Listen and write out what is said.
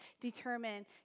determine